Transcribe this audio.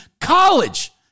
college